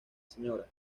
sra